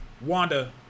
Wanda